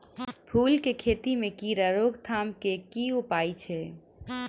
फूल केँ खेती मे कीड़ा रोकथाम केँ की उपाय छै?